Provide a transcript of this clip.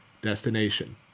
destination